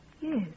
Yes